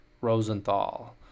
Rosenthal